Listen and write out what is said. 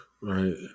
Right